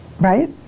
Right